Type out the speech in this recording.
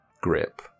grip